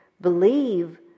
believe